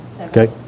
Okay